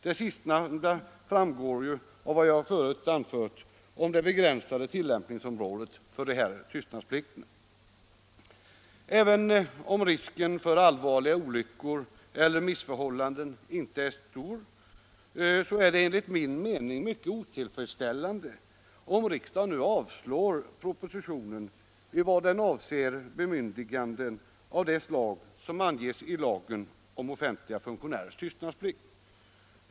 Det sistnämnda framgår av vad jag förut anfört om det begränsade tillämpningsområdet för dessa tystnadsplikter. Även om risken för allvarliga olyckor eller missförhållanden inte är stor är det enligt min mening mycket otillfredsställande, om riksdagen nu avslår propositionen i vad den avser bemyndiganden av det slag som anges i lagen om offentliga funktionärers tystnadsplikt.